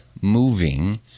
moving